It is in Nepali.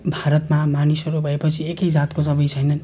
भारतमा मानिसहरू भए पछि एकै जातको सबै छैनन्